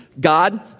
God